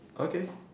okay